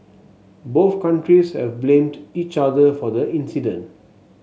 both countries have blamed each other for the incident